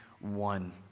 one